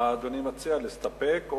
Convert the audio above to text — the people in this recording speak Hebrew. מה אדוני מציע, להסתפק?